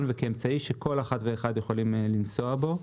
וכאמצעי שכל אחת ואחד יכולים לנסוע בו.